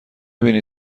بینی